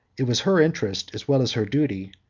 it was her interest, as well as her duty,